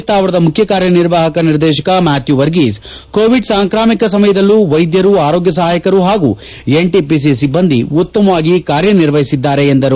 ಸ್ಥಾವರದ ಮುಖ್ಯ ಕಾರ್ಯ ನಿರ್ವಾಹಕ ನಿರ್ದೇಶಕ ಮ್ಲಾಥ್ಯೂ ವರ್ಗಿಸ್ ಕೋವಿಡ್ ಸಾಂಕ್ರಾಮಿಕ ಸಮಯದಲ್ಲೂ ವೈದ್ಯರು ಆರೋಗ್ಯ ಸಹಾಯಕರು ಹಾಗೂ ಎನ್ಟಿಪಿಸಿ ಸಿಬ್ಲಂದಿ ಉತ್ತಮವಾಗಿ ಕಾರ್ಯ ನಿರ್ವಹಿಸಿದ್ದಾರೆ ಎಂದರು